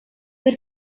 per